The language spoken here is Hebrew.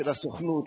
של הסוכנות,